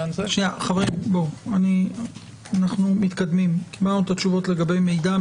קיבלנו את התשובות לגבי "מידע".